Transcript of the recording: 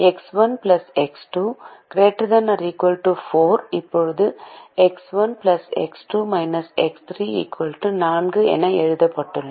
எனவே x 1 x 2 ≥ 4 இப்போது x 1 x 2 x 3 4 என எழுதப்பட்டுள்ளது